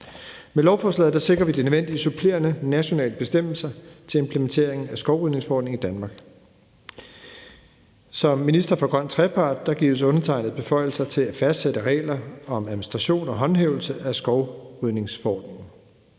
Med lovforslaget sikrer vi de nødvendige supplerende nationale bestemmelser til implementeringen af skovrydningsforordningen i Danmark. Som minister for grøn trepart gives undertegnede beføjelser til at fastsætte regler om administration og håndhævelse af skovrydningsforordningen.